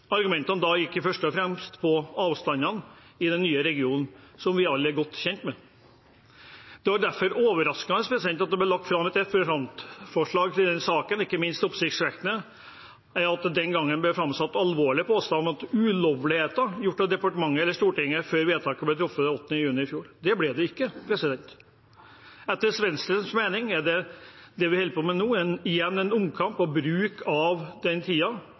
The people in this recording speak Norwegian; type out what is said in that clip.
Argumentene da gikk først og fremst på avstandene i den nye regionen, noe vi alle er godt kjent med. Det var derfor overraskende at det ble lagt fram et representantforslag i denne saken. Ikke minst oppsiktsvekkende er det at det denne gangen blir framsatt alvorlige påstander om ulovligheter gjort av departementet eller av Stortinget før vedtaket ble fattet 8. juni i fjor. Slik var det ikke. Etter Venstres mening er det vi holder på med nå, igjen en omkamp og bruk av den